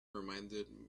reminded